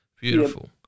Beautiful